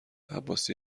عباسی